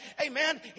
Amen